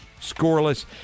Scoreless